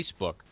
Facebook